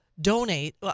donate